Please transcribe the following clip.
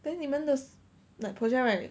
then 你们 the that project right